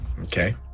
Okay